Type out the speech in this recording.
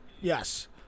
Yes